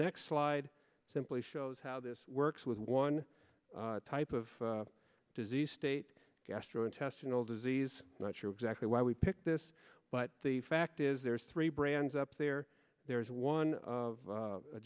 next slide simply shows how this works with one type of disease state gastrointestinal disease not sure exactly why we picked this but the fact is there's three brands up there there's one of